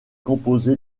composé